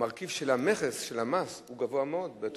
המרכיב של המכס, של המס הוא גבוה מאוד בתוך.